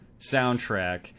soundtrack